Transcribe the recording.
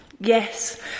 Yes